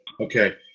Okay